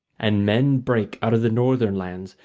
and men brake out of the northern lands,